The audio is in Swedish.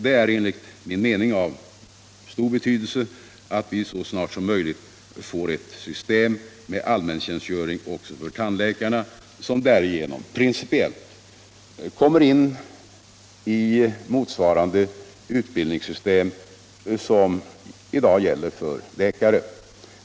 Det är enligt min mening av stor betydelse att vi så snart som möjligt får ett system med allmäntjänstgöring också för tandläkarna, som därigenom principiellt kommer in i motsvarande utbildningssystem som gäller för läkare.